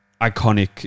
iconic